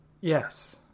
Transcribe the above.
Yes